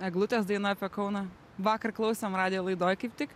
eglutės daina apie kauną vakar klausėm radijo laidoj kaip tik